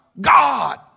God